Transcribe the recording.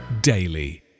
Daily